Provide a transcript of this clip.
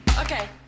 Okay